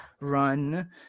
run